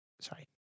sorry